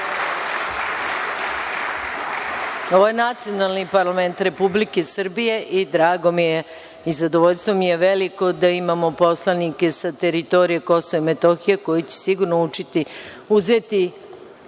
Ovo je nacionalni parlament Republike Srbije i drago mi je, zadovoljstvo mi je veliko što imamo poslanike sa teritorije KiM koji će sigurno uzeti učešće